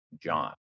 John